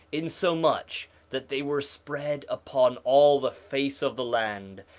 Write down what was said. insomuch that they were spread upon all the face of the land,